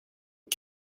aux